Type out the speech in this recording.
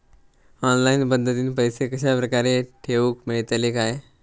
Online पद्धतीन पैसे कश्या प्रकारे ठेऊक मेळतले काय?